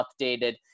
updated –